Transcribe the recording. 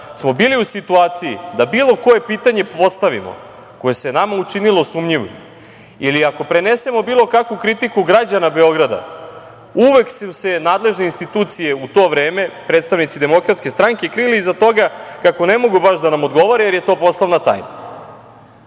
smo bili u situaciji da bilo koje pitanje postavimo koje se nama učinilo sumnjivim ili ako prenesemo bilo kakvu kritiku građana Beograda, uvek su se nadležne institucije u to vreme, predstavnici Demokratske stranke krili iza toga kako ne mogu baš da nam odgovore, jer je to poslovna tajna. Sada